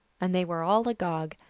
and they were all agog.